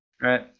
right